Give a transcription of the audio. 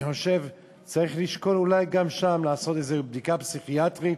אני חושב שצריך לשקול אולי גם שם לעשות איזה בדיקה פסיכיאטרית.